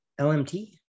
LMT